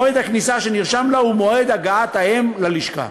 מועד הכניסה שנרשם לה הוא מועד הגעת האם ללשכה.